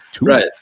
right